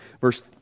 Verse